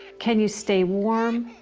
can you stay warm,